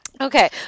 Okay